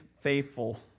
faithful